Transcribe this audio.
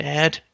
Dad